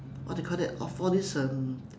what do you call that of all these um